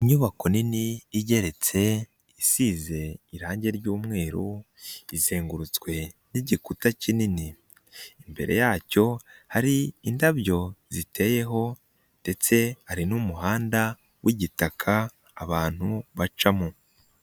Inyubako nini igeretse isize irange ry'umweru, izengurutswe n'igikuta kinini, imbere yacyo hari indabyo ziteyeho ndetse hari n'umuhanda w'igitaka abantu bacamo.